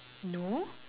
no